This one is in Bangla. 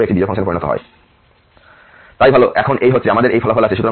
এবং L≤x 0 ব্যবধানে আমরা এটিকে f হিসাবে বাড়িয়েছি যাতে g সামগ্রিকভাবে একটি বিজোড় ফাংশনে পরিণত হয়